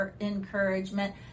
encouragement